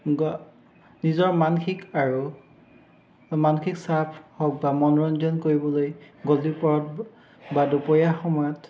গ নিজৰ মানসিক আৰু মানসিক চাপ হওক বা মনোৰঞ্জন কৰিবলৈ গধূলি পৰত বা দুপৰীয়া সময়ত